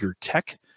Tech